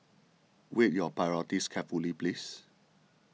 weigh your priorities carefully please